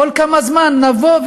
כל כמה זמן נבוא,